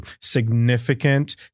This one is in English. significant